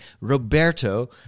Roberto